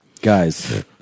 guys